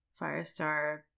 firestar